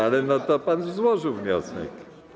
Ale to pan złożył wniosek.